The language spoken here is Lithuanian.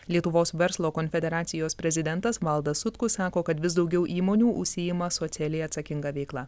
lietuvos verslo konfederacijos prezidentas valdas sutkus sako kad vis daugiau įmonių užsiima socialiai atsakinga veikla